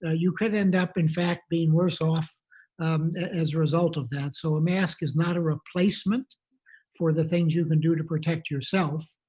ah you could end up in fact being worse off as a result of that. so a mask is not a replacement for the things you can do to protect yourself,